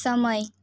સમય